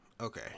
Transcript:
Okay